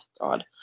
god